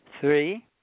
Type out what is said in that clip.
Three